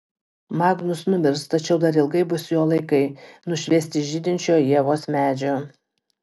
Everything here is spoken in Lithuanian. magnus numirs tačiau dar ilgai bus jo laikai nušviesti žydinčio ievos medžio